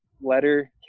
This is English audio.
Letter